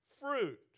fruit